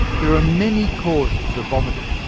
there are many causes of vomiting.